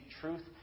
truth